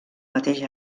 mateix